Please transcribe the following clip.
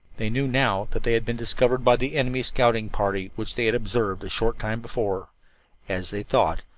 they knew now that they had been discovered by the enemy scouting party which they had observed a short time before as they thought,